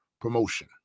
promotion